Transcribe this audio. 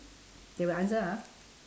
they will answer ah